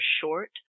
short